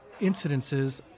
incidences